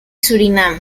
surinam